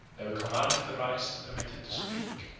they were commanded to rise, and permitted to speak.